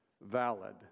valid